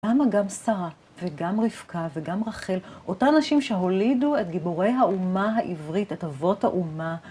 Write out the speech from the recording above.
למה גם שרה, וגם רבקה, וגם רחל, אותן נשים שהולידו את גיבורי האומה העברית, את אבות האומה.